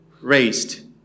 raised